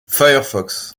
firefox